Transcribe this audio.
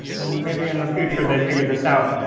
and maybe in the future they figured this out,